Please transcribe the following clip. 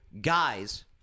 guys